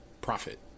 profit